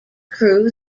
crew